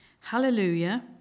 Hallelujah